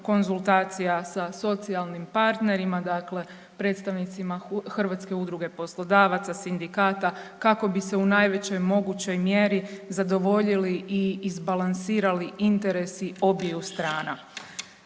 konzultacija sa socijalnim partnerima dakle predstavnicima Hrvatske udruge poslodavaca, sindikata kako bi se u najvećoj mogućoj mjeri zadovoljili i izbalansirali interesi obiju strana.